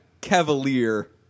cavalier